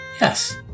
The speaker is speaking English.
yes